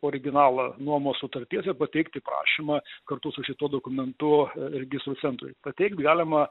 originalą nuomos sutarties ir pateikti prašymą kartu su šituo dokumentu registrų centrui pateikt galima